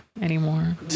anymore